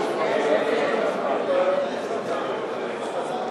מס' 149),